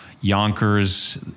Yonkers